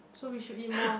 so we should eat more